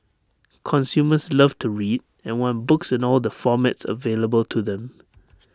consumers love to read and want books in all the formats available to them